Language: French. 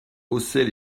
haussait